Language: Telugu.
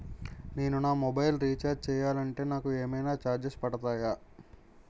నేను నా మొబైల్ రీఛార్జ్ చేయాలంటే నాకు ఏమైనా చార్జెస్ పడతాయా?